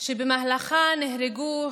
כל כך ירוד,